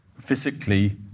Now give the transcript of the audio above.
physically